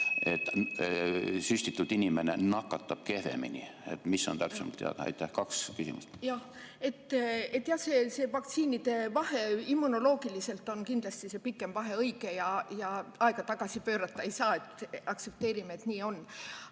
et süstitud inimene nakatab kehvemini? Mis on täpsemalt teada? Kaks küsimust. Jah, see vaktsiini[süsti]de vahe. Immunoloogiliselt on kindlasti pikem vahe õige, aga aega tagasi pöörata ei saa. Aktsepteerime, et nii on.